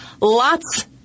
lots